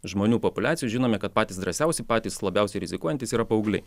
žmonių populiacijoj žinome kad patys drąsiausi patys labiausiai rizikuojantys yra paaugliai